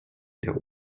der